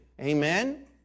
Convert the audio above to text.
Amen